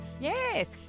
Yes